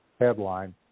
Headline